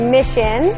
Mission